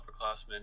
upperclassmen